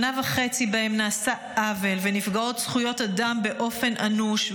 שנה וחצי שבה נעשה עוול ונפגעות זכויות אדם באופן אנוש,